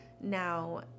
Now